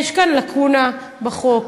יש כאן לקונה בחוק.